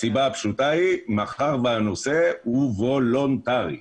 הסיבה הפשוטה - מאחר והנושא הוא וולונטרי.